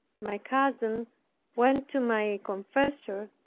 my cousin went to my confessor,